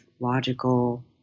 logical